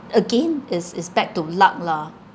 again is is back to luck lah